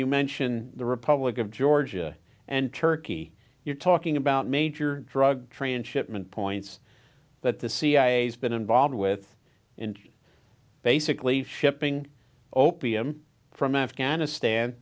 you mention the republic of georgia and turkey you're talking about major drug transshipment points that the cia has been involved with and basically shipping opium from afghanistan